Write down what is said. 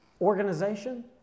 organization